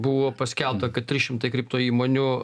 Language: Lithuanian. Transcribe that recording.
buvo paskelbta kad trys šimtai kripto įmonių